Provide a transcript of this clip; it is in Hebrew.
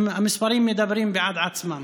המספרים מדברים בעד עצמם.